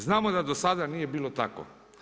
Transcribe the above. Znamo da do sada nije bilo tako.